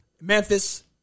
Memphis